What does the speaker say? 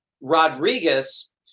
Rodriguez